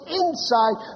inside